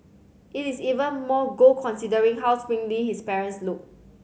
it is even more gold considering how sprightly his parents look